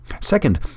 Second